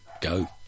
go